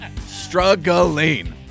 Struggling